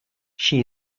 she